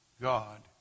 God